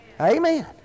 Amen